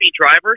drivers